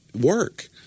work